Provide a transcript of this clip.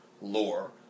lore